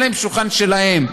אין להם שולחן שלהם.